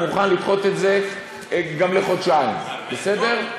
אני מוכן לדחות את זה גם בחודשיים, בסדר?